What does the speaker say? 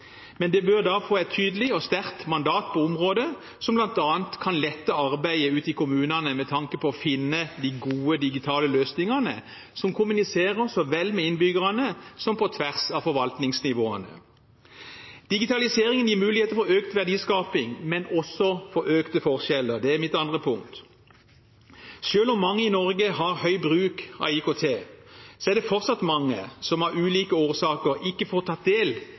Men det bør da få et tydelig og sterkt mandat på området, som bl.a. kan lette arbeidet ute i kommunene med tanke på å finne de gode digitale løsningene som kommuniserer så vel med innbyggerne som på tvers av forvaltningsnivåene. Digitaliseringen gir muligheter for økt verdiskaping, men også for økte forskjeller – det er mitt andre punkt. Selv om mange i Norge har høy bruk av IKT, er det fortsatt mange som av ulike årsaker ikke får tatt del